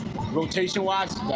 rotation-wise